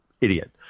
idiot